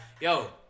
Yo